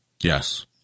Yes